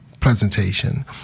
presentation